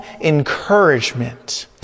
encouragement